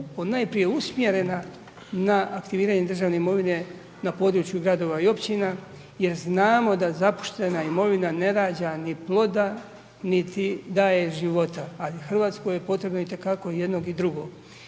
ponajprije usmjerena na aktiviranje državne imovine na području gradova i općina jer znamo da zapuštena imovina ne rađa ni ploda niti daje života, a Hrvatskoj je potrebno itekako i jednog i drugog.